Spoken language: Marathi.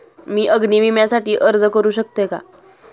मी अग्नी विम्यासाठी अर्ज करू शकते का?